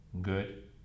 Good